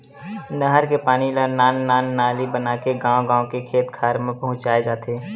नहर के पानी ल नान नान नाली बनाके गाँव गाँव के खेत खार म पहुंचाए जाथे